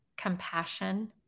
compassion